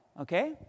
Okay